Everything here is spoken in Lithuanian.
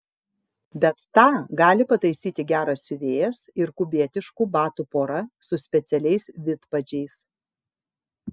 bet tą gali pataisyti geras siuvėjas ir kubietiškų batų pora su specialiais vidpadžiais